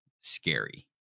scary